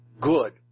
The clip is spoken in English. good